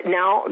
now